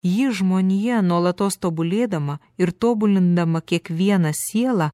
jį žmonija nuolatos tobulėdama ir tobulindama kiekvieną sielą